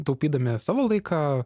taupydami savo laiką